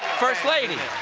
first lady.